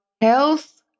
health